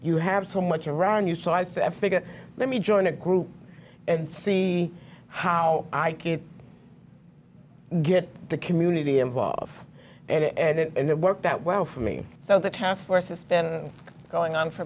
you have so much around you so i figure let me join a group and see how i can get the community involved and it worked out well for me so the task force has been going on for